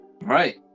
Right